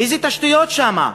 איזה תשתיות שם?